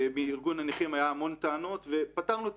בארגון הנכים היו המון טענות ופתרנו את